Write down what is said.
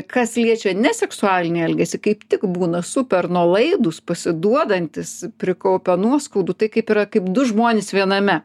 kas liečia neseksualinį elgesį kaip tik būna supernuolaidūs pasiduodantys prikaupę nuoskaudų tai kaip yra kaip du žmonės viename